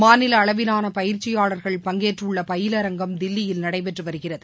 மாநிலஅளவிலானபயிற்சியாளர்கள் பங்கேற்றுள்ளபயிலரங்கம் தில்லியில் நடைபெற்றுவருகிறது